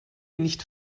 nicht